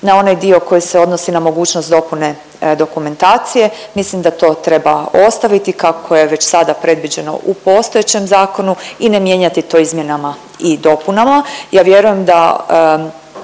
na onaj dio koji se odnosi na mogućnost dopune dokumentacije. Mislim da to treba ostaviti kako je već sada predviđeno u postojećem zakonu i ne mijenjati to izmjenama i dopunama. Ja vjerujem da